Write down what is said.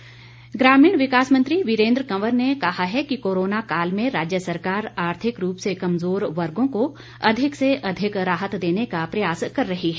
वीरेन्द्र कंवर ग्रामीण विकास मंत्री वीरेन्द्र कंवर ने कहा है कि कोरोना काल में राज्य सरकार आर्थिक रूप से कमज़ोर वर्गों को अधिक से अधिक राहत देने का प्रयास कर रही है